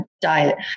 diet